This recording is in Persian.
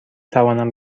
توانم